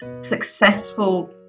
successful